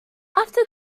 after